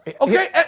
Okay